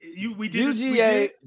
UGA